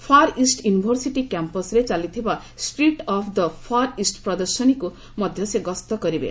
ଫାର୍ East University କ୍ୟାମ୍ପସ୍ରେ ଚାଲିଥିବା street of the Far East ପ୍ରଦର୍ଶନୀକୁ ମଧ୍ୟ ସେ ଗସ୍ତ କରିବେ